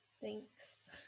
Thanks